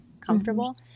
comfortable